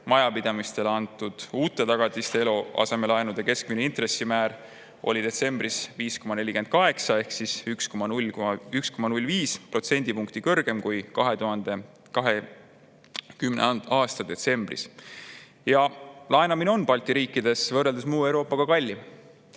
majapidamistele antud uute tagatiste eluasemelaenude keskmine intressimäär oli detsembris 5,48% ehk 1,05 protsendipunkti kõrgem kui 2020. aasta detsembris. Laenamine on Balti riikides võrreldes teiste Euroopa